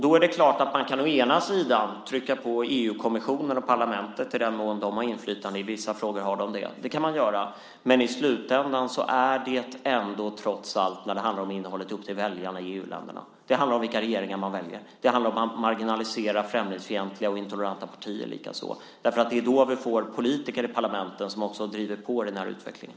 Det är klart att man å ena sidan kan trycka på EU-kommissionen och parlamentet i den mån de har inflytande, och i vissa frågor har de det. Det kan man göra. Men i slutändan är det ändå, när det handlar om innehållet, trots allt upp till väljarna i EU-länderna. Det handlar om vilka regeringar man väljer och likaså om att marginalisera intoleranta och främlingsfientliga partier. Det är då vi får politiker i parlamenten som också driver på utvecklingen.